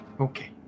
Okay